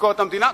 לביקורת המדינה,